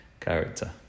character